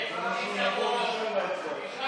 נעבור ישר